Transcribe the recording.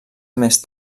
més